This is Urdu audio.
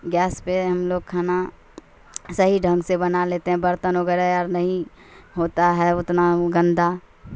گیس پہ ہم لوگ کھانا صحیح ڈھنگ سے بنا لیتے ہیں برتن وغیرہ اور نہیں ہوتا ہے اتنا گندا